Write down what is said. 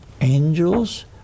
angels